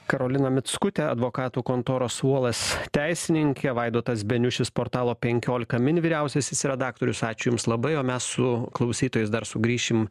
karolina mickutė advokatų kontoros uolas teisininkė vaidotas beniušis portalo penkiolika min vyriausiasis redaktorius ačiū jums labai o mes su klausytojais dar sugrįšim